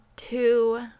two